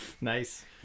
Nice